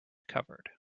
covered